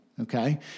okay